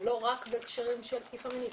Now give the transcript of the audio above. לא רק בהקשרים של תקיפה מינית.